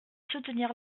soutenir